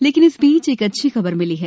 लेकिन इस बीच एक अच्छी खबर मिली है